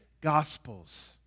gospels